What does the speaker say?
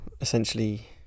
essentially